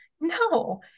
No